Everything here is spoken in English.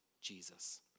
Jesus